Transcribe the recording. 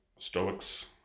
Stoics